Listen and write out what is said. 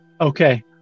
Okay